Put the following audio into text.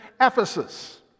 Ephesus